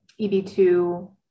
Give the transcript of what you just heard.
EB2